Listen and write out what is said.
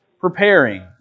preparing